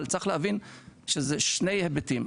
אבל צריך להבין שזה שני היבטים.